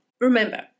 Remember